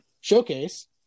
Showcase